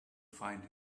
find